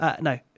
No